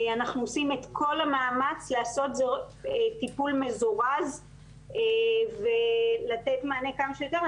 אנחנו עושים את כל המאמץ לעשות טיפול מזורז ולתת מענה כמה שיותר.